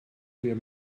wer